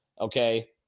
okay